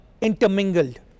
intermingled